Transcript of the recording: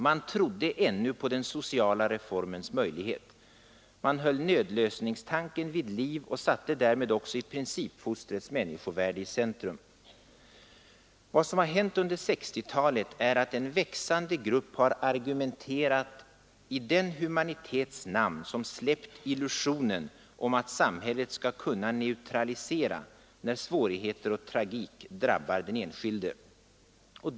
Man trodde ännu på den sociala reformens möjlighet. Man höll nödlösningstanken vid liv och satte därmed också i princip fostrets människovärde i centrum. Vad som har hänt under 1960-talet är att en växande grupp argumenterar i den humanitets namn, som släppt illusionen om att samhället skall kunna neutralisera, när svårigheter och tragik drabbar den enskilde.